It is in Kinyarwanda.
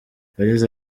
yagize